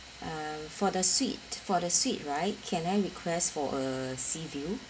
um for the suite for the suite right can I request for a sea view